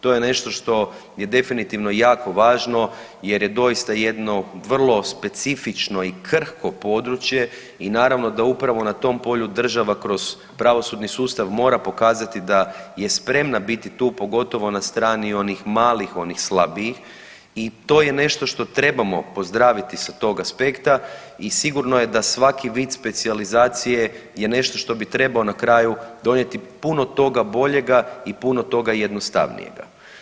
To je nešto što je definitivno jako važno jer je doista jedno specifično i krhko područje i naravno da upravo na tom polju država kroz pravosudni sustav mora pokazati da je spremna biti tu pogotovo na strani onih malih, onih slabijih i to je nešto što trebamo pozdraviti sa tog aspekta i sigurno je da svaki vid specijalizacije je nešto što bi trebao na kraju donijeti puno toga boljega i puno toga jednostavnijega.